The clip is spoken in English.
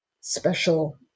special